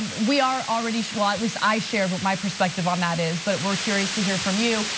um we are already, well at least i shared what my perspective on that is but we're curious to hear from you.